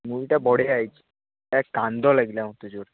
ମୁଭିଟା ବଢ଼ିଆ ହୋଇଛି ଏ କାନ୍ଦ ଲାଗିଲା ମୋତେ ଜୋରରେ